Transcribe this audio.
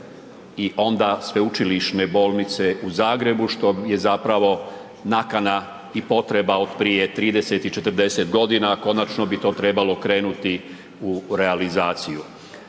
i onda sveučilišne bolnice u Zagrebu, što je zapravo nakana i potreba od prije 30 i 40 godina, konačno bi to trebalo krenuti u realizaciju.